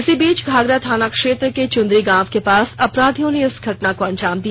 इसी बीच घाघरा थानाक्षेत्र के चुंदरी गांव के पास अपराधियों ने इस घटना को अंजाम दिया